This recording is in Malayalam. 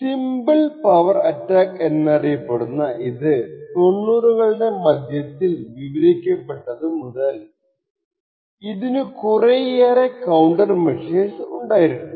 സിമ്പിൾ പവർ അറ്റാക്ക് എന്നറിയപ്പെടുന്ന ഇത് തൊണ്ണൂറുകളുടെ മധ്യത്തിൽ വിവരിക്കപ്പെട്ടതു മുതൽ ഇതിനു കുറെയേറെ കൌണ്ടർ മെഷേഴ്സ് ഉണ്ടായിട്ടുണ്ട്